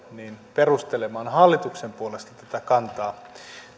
perustelemaan hallituksen puolesta tätä kantaa